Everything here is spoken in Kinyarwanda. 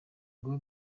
ngo